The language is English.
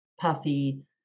puffy